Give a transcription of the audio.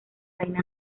reina